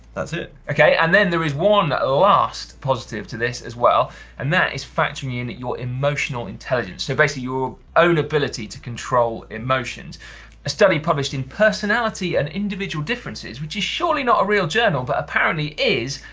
that's it. okay and then there is one last positive to this as well and that is factoring in that your emotional intelligence. so basically, your own ability to control emotions. a study published in personality and individual differences which is surely not a real journal, but apparently is,